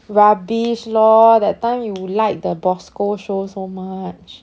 rubbish lor that time you like the bosco show so much